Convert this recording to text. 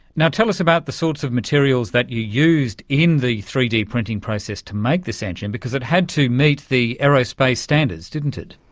tell us about the sorts of materials that you used in the three d printing process to make this engine, because it had to meet the aerospace standards, didn't it.